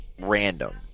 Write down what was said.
random